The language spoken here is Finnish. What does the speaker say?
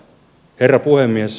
herra puhemies